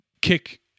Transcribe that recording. kick